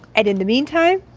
and in the meantime,